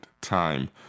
time